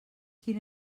quin